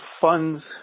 funds –